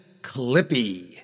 Clippy